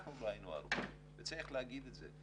אנחנו לא היינו ערוכים, וצריך להגיד את זה.